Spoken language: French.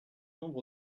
nombre